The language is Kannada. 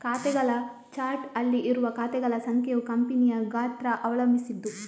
ಖಾತೆಗಳ ಚಾರ್ಟ್ ಅಲ್ಲಿ ಇರುವ ಖಾತೆಗಳ ಸಂಖ್ಯೆಯು ಕಂಪನಿಯ ಗಾತ್ರ ಅವಲಂಬಿಸಿದ್ದು